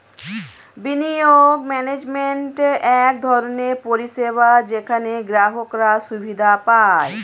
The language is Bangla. বিনিয়োগ ম্যানেজমেন্ট এক ধরনের পরিষেবা যেখানে গ্রাহকরা সুবিধা পায়